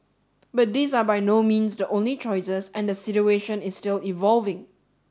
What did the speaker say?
but these are by no means the only choices and the situation is still evolving